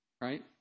Right